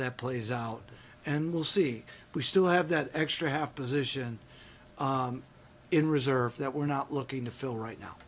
that plays out and we'll see we still have that extra half position in reserve that we're not looking to fill right now